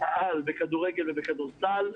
העל בכדורגל ובכדורסל.